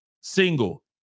single